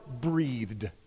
breathed